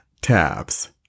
tabs